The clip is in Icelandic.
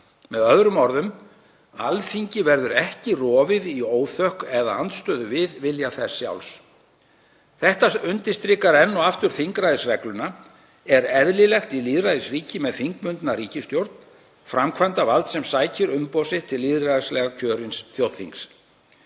Með öðrum orðum, Alþingi verður ekki rofið í óþökk eða andstöðu við vilja þess sjálfs. Þetta undirstrikar enn og aftur þingræðisregluna og er eðlilegt í lýðræðisríki með þingbundna ríkisstjórn, framkvæmdarvald sem sækir umboð sitt til lýðræðislega kjörins þjóðþings.